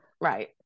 right